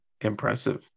Impressive